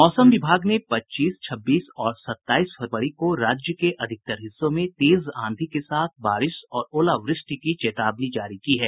मौसम विभाग ने पच्चीस छब्बीस और सताईस फरवरी को राज्य के अधिकांश हिस्सों में तेज आंधी के साथ बारिश और ओलावृष्टि की चेतावनी जारी की है